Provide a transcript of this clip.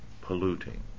polluting